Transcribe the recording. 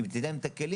אם תיתן להם את הכלים,